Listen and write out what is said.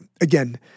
again